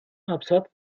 napsat